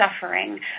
suffering